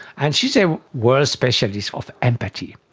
and she is a world specialist of empathy.